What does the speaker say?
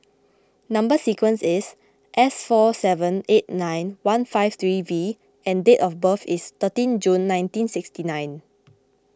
Number Sequence is S four seven eight nine one five three V and date of birth is thirteen June nineteen sixty nine